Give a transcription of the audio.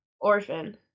orphan